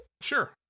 Sure